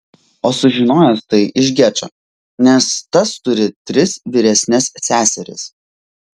o sužinojęs tai iš gečo nes tas turi tris vyresnes seseris